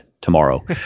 tomorrow